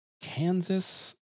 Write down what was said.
Kansas